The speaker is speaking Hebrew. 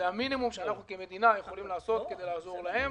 זה המינימום שאנחנו כמדינה יכולים לעשות כדי לעזור להם.